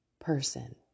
person